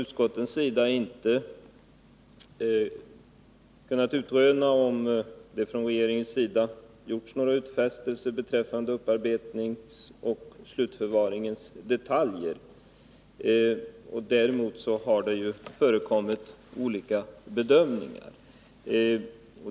Utskottet har inte kunnat utröna, om det från regeringens sida gjorts några utfästelser beträffande upparbetningens och slutförvaringens detaljer. Däremot har det förekommit olika bedömningar.